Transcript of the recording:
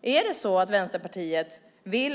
Vill inte Vänsterpartiet